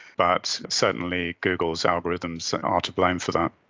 but certainly google's algorithms are to blame for that.